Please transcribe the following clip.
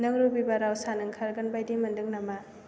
नों रबिबाराव सान ओंखारगोन बायदि मोन्दों नामा